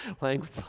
language